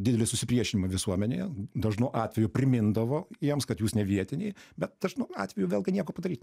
didelį susipriešinimą visuomenėje dažnu atveju primindavo jiems kad jūs ne vietiniai bet dažnu atveju vėlgi nieko padaryt